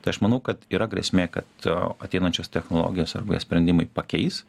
tai aš manau kad yra grėsmė kad ateinančios technologijos arba jie sprendimai pakeis